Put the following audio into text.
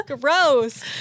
Gross